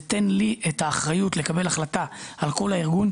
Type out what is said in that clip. "תן לי את האחריות לקבל החלטה על כל הארגון"